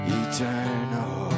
eternal